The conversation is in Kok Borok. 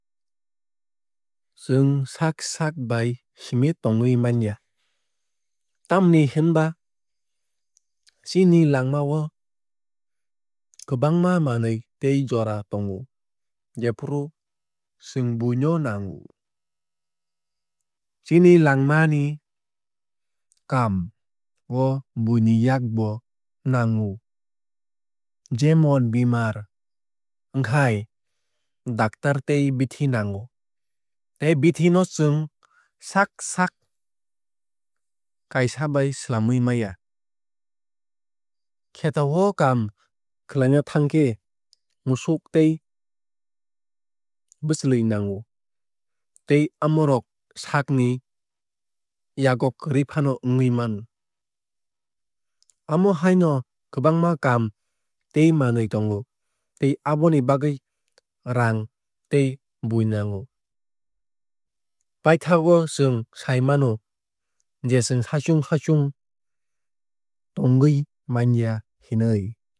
Chwng saak saak bai simi tongwui manya. Tamoni hinba chini langma o kwbangma manwui tei jora tongo jefuru chwng buino nango. Chini langmani kaam o bui ni yak bo nango. Jemon bemar wngkhai doctor tei bithi nango tei bithi no chwng saak saak kaisa bai swlamwui maya. Kheto o kaam khlaina thnang khe musuk tei bwchulwui nango tei amo rok saak ni yago kwrwui faano wngwui mano. Amo hai no kwbangma kaam tei manwui tongo tei aboni bagwui raang tei bui nango. Paithakgo chwng sai mano je chwng saichung saichung tongwui manya hinoi.